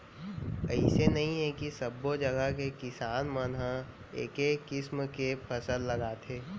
अइसे नइ हे के सब्बो जघा के किसान मन ह एके किसम के फसल लगाथे